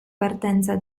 partenza